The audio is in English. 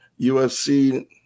UFC